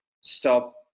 stop